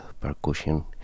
percussion